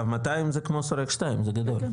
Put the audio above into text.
אגב, 200 זה כמו שורק 2 זה גדול.